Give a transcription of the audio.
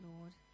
Lord